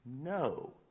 No